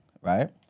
right